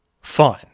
Fine